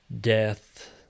death